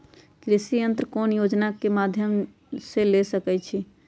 कृषि यंत्र कौन योजना के माध्यम से ले सकैछिए?